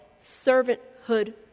servanthood